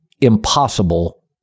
impossible